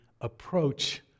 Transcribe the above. approach